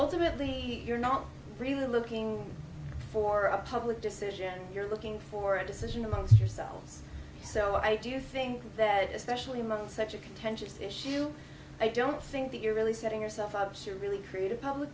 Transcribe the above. ultimately you're not really looking for a public decision you're looking for a decision amongst yourselves so i do think that especially among such a contentious issue i don't think that you're really setting yourself up to really create a public